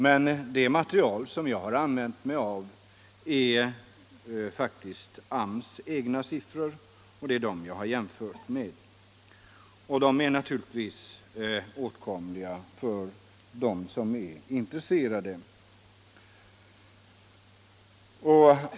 Men det material jag har jämfört med är AMS egna siffror, och de är naturligtvis åtkomliga för dem som är intresserade.